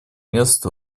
мест